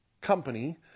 company